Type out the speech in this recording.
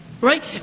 Right